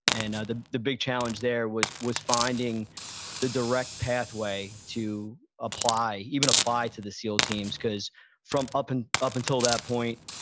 and the the big challenge there was was finding the direct pathway to even apply to the seal teams because from up and up until that point,